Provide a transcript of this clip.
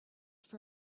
for